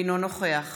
אינו נוכח